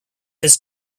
his